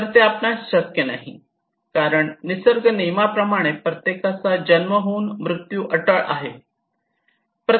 तर ते आपणास शक्य नाही कारण निसर्ग नियमाप्रमाणे प्रत्येकाचा जन्म होऊन मृत्यू अटळ आहे